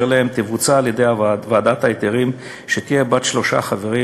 אליהם תבוצע על-ידי ועדת ההיתרים שתהיה בת שלושה חברים: